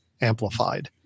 amplified